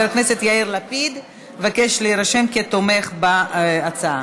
חבר הכנסת יאיר לפיד מבקש להירשם כתומך בהצעה.